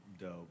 Dope